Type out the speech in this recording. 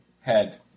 head